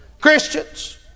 Christians